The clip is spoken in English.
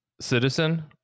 Citizen